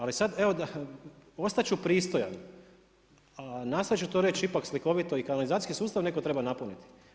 Ali sad, ostat ću pristojan, nastojat ću to reć ipak slikovito, i kanalizacijski sustav netko treba napuniti.